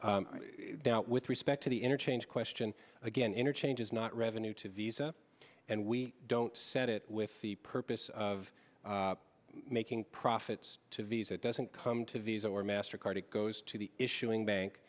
that with respect to the interchange question again interchange is not revenue to visa and we don't set it with the purpose of making profits to visa it doesn't come to visa or master card it goes to the issuing bank